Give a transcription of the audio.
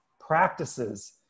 practices